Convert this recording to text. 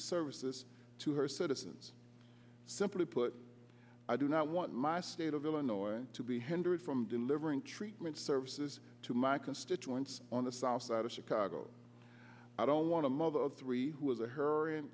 services to her citizens simply put i do not want my state of illinois to be hindered from delivering treatment services to my constituents on the south side of chicago i don't want a mother of three who is a hurry an